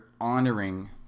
honoring